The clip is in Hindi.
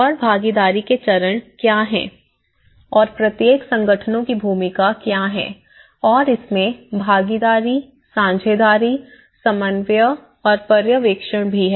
और भागीदारी के चरण क्या हैं और प्रत्येक संगठनों की भूमिकाएं क्या हैं और इसमें भागीदारी साझेदारी समन्वय और पर्यवेक्षण भी है